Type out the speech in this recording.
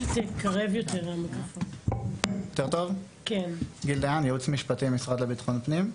המשרד לביטחון פנים.